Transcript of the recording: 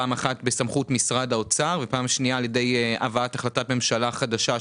פעם אחת בסמכות משרד האוצר ופעם שנייה על ידי הבאת החלטת ממשלה חדשה,